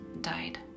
died